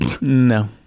No